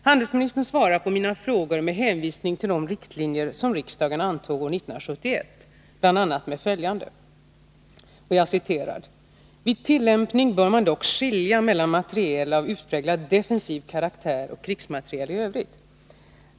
Handelsministern svarar på mina frågor med hänvisning till de riktlinjer som riksdagen antog år 1971 bl.a. följande: ”Vid tillämpning bör man dock —-—-- skilja mellan materiel av utpräglat defensiv karaktär och krigsmateriel i övrigt.